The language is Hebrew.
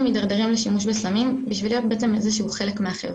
מידרדרים לשימוש בסמים בשביל להיות איזה שהוא חלק מהחברה.